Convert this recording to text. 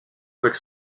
avec